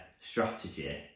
strategy